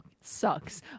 sucks